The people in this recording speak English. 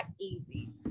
easy